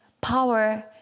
power